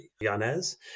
yanez